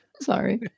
sorry